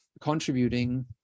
contributing